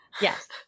Yes